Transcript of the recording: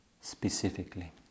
specifically